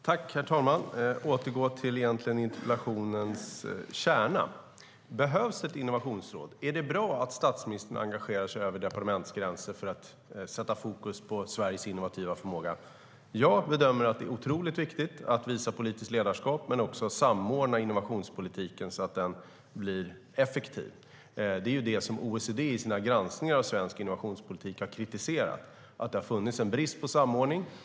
Herr talman! Jag återgår till det som egentligen är interpellationens kärna: Behövs ett innovationsråd? Är det bra att statsministern engagerar sig över departementsgränser för att sätta fokus på Sveriges innovativa förmåga? Jag bedömer att det är otroligt viktigt att visa politiskt ledarskap men också att samordna innovationspolitiken så att den blir effektiv. Det är det som OECD i sina granskningar av svensk innovationspolitik har kritiserat: Det har funnits en brist på samordning.